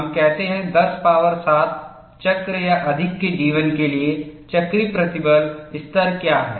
हम कहते हैं 10 पॉवर 7 चक्र या अधिक के जीवन के लिए चक्रीय प्रतिबल स्तर क्या है